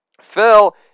Phil